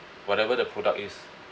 whatever the product is